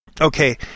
okay